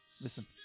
Listen